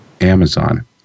Amazon